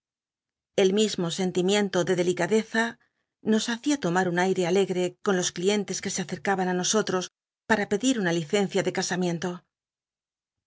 el mismo sentimien to de delicadeza nos hacia lomar un aite alegre con los clientes que se acercaban nosotros para pedir una licencia de casamiento